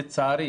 לצערי,